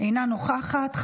אינה נוכחת.